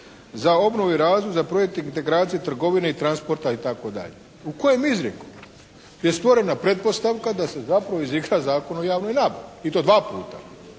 za obnovu i razvoj za projekt integracije trgovine i transporta itd. u kojem izrijeku je stvorena pretpostavka da se zapravo izigra Zakon o javnoj nabavi i to dva puta.